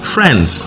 Friends